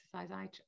exercise